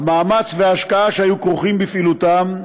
המאמץ וההשקעה שהיו כרוכים בפעילותם,